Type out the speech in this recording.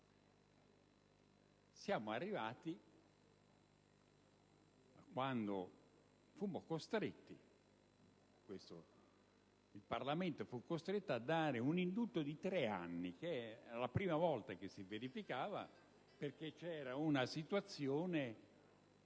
via aumentando. Quando il Parlamento fu costretto a dare un indulto di tre anni (era la prima volta che si verificava), vi era una situazione